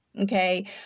okay